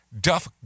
Duff